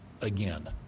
again